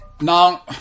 Now